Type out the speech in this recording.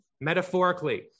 metaphorically